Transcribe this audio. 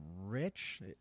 Rich